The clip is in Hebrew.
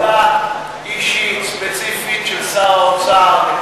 זו החלטה אישית ספציפית של שר האוצר.